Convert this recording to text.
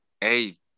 hey